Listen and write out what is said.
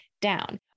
down